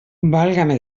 válgame